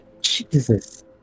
Jesus